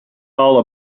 all